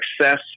success